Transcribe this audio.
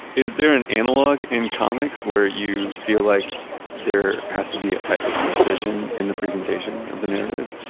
is there an analog in comics where you feel like there has to be a type of precision in the presentation of the narrative,